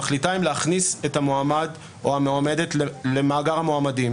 המחליטה אם להכניס את המועמד או המועמדת למאגר המועמדים,